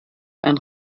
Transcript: ein